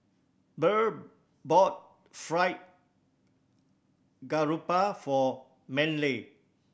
Burr bought Fried Garoupa for Manley